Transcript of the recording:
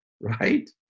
right